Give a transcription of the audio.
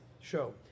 show